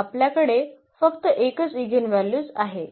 आपल्याकडे फक्त एकच एगेनव्हल्यूज आहे